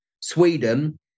Sweden